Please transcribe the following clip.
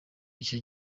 icyo